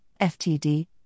FTD